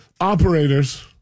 operators